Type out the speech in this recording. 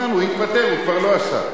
גמרנו, התפטר, הוא כבר לא השר.